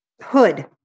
hood